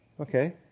Okay